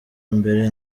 mbere